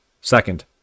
second